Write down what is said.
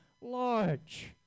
large